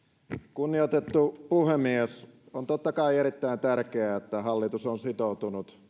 kunnioitettu puhemies on totta kai erittäin tärkeää että hallitus on sitoutunut